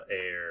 air